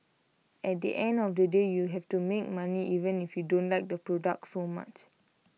at the end of the day you have to make money even if you don't like the product so much